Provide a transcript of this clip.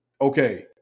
okay